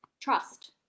trust